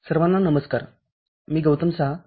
सर्वांना नमस्कार मी गौतम साहा आहे